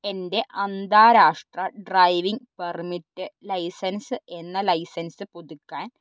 എൻ്റെ അന്താരാഷ്ട്ര driving permit licence എന്ന ലൈസൻസ് പുതുക്കാൻ